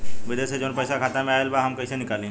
विदेश से जवन पैसा खाता में आईल बा हम कईसे निकाली?